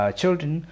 children